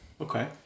Okay